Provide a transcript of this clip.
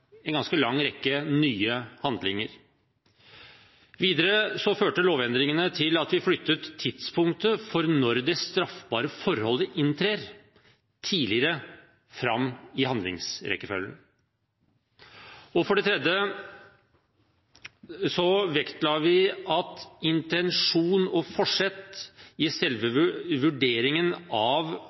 en ganske lang rekke nye handlinger. Videre førte lovendringene til at vi flyttet tidspunktet for når det straffbare forholdet inntrer, tidligere fram i handlingsrekkefølgen. For det tredje vektla vi intensjon og forsett i selve vurderingen av